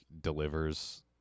delivers